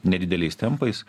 nedideliais tempais